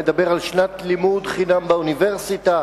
מדבר על שנת לימוד חינם באוניברסיטה.